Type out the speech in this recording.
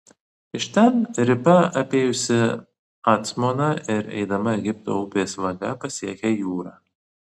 iš ten riba apėjusi acmoną ir eidama egipto upės vaga pasiekia jūrą